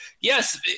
yes